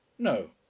no